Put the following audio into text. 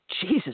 Jesus